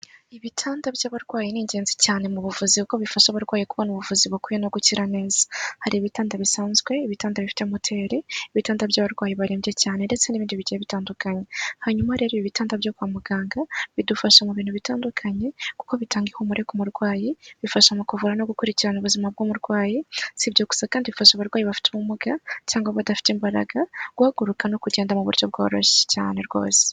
Ibitanda by'abarwayi ni ingenzi cyane mu buvuzi kuko bifasha abarwayi kubona ubuvuzi bukwiye no gukira neza hari ibitanda bisanzwe , ibitanda bifite moteri , ibitanda by'abarwayi barembye cyane ndetse n'ibindi bigiye bitandukanye hanyuma rero ibi bitanda byo kwa muganga bidufasha mu bintu bitandukanye kuko bitanga ihumure ku murwayi bifasha mu kuvura no gukurikirana ubuzima bw'umurwayi si ibyo gusa kandi bifasha abarwayi bafite ubumuga cyangwa badafite imbaraga guhaguruka no kugenda mu buryo bworoshye cyane rwose.